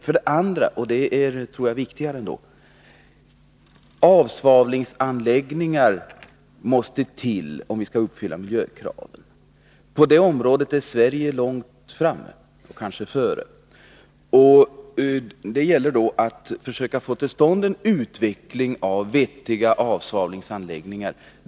För det andra, och det tror jag är viktigare, fordras avsvavlingsanläggningar om vi skall uppfylla miljökraven. På det området är Sverige långt framme, kanske före andra länder. Det gäller att försöka få till stånd en utveckling av vettiga avsvavlingsanläggningar.